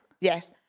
Yes